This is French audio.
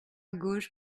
gauche